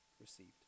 received